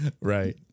Right